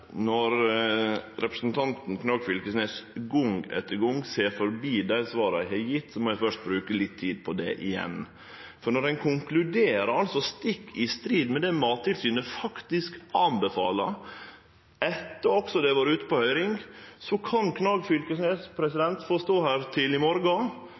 Når representanten Knag Fylkesnes gong etter gong ser forbi dei svara eg har gjeve, må eg først bruke litt tid på det igjen. Når ein konkluderer stikk i strid med det Mattilsynet faktisk anbefaler, også etter at dette har vore ute på høyring, kan representanten Knag Fylkesnes få stå her til i morgon